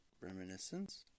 Reminiscence